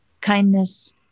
kindness